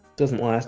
doesn't want